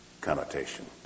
connotation